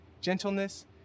gentleness